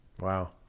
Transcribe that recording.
Wow